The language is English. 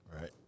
Right